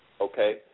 Okay